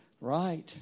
right